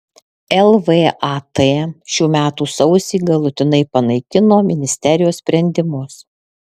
lvat šių metų sausį galutinai panaikino ministerijos sprendimus